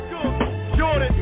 Jordan